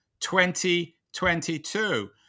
2022